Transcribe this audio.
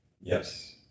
Yes